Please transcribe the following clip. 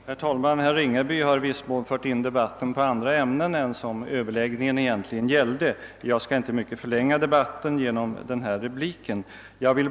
Herr talman! Herr Ringaby har i viss mån fört in debatten på ett annat ämne än överläggningen egentligen gällde. Jag skall inte mycket förlänga debatten genom detta anförande.